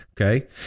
Okay